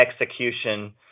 execution